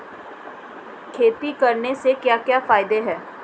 खेती करने से क्या क्या फायदे हैं?